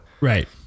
right